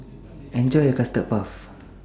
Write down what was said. Enjoy your Custard Puff